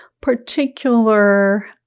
particular